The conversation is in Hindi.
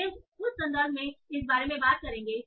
वे उस संदर्भ में इस बारे में बात नहीं करेंगे